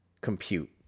compute